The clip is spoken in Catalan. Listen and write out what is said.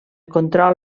control